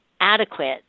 adequate